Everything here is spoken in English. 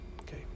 Okay